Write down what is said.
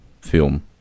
film